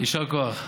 יישר כוח.